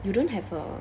you don't have a